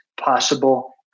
possible